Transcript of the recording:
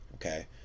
okay